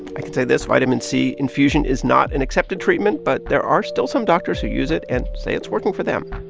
i can say this vitamin c infusion is not an accepted treatment, but there are still some doctors who use it and say it's working for them